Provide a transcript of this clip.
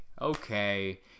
okay